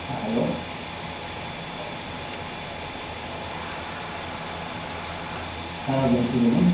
হ্যাঁ হ্যালো হ্যাঁ বলছি বলুন